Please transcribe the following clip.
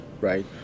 right